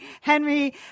Henry